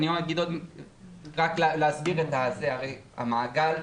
הרי המעגל,